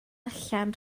allan